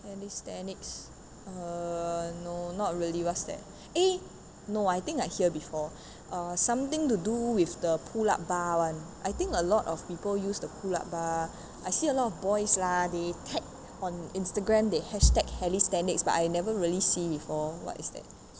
calisthenics err no not really what's that eh no I think I hear before uh something to do with the pull up bar [one] I think a lot of people use the pull up bar I see a lot of boys lah they tag on instagram they hashtag calisthenics but I never really seen before what is that